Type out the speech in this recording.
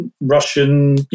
Russian